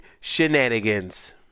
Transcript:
shenanigans